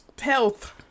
health